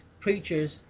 preachers